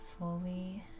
fully